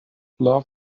love